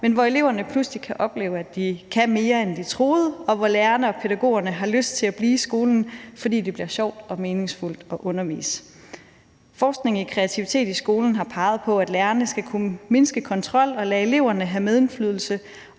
men hvor eleverne pludselig kan opleve, at de kan mere, end de troede, og hvor lærerne og pædagogerne har lyst til at blive i skolen, fordi det bliver sjovt og meningsfuldt at undervise. Forskning i kreativitet i skolen har peget på, at lærerne skal kunne mindske kontrollen og lade eleverne have medindflydelse,